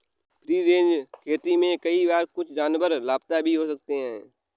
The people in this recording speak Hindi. फ्री रेंज खेती में कई बार कुछ जानवर लापता भी हो सकते हैं